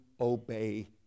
obey